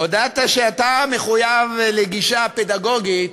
הודעת שאתה מחויב לגישה פדגוגית